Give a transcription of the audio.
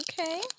Okay